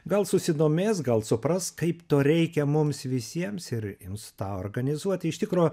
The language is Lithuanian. gal susidomės gal supras kaip to reikia mums visiems ir ims tą organizuot iš tikro